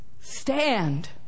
Stand